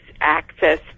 access